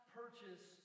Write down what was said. purchase